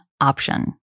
option